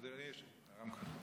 אדוני היושב-ראש,